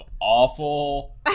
awful